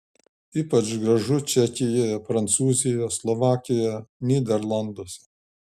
ypač gražu čekijoje prancūzijoje slovakijoje nyderlanduose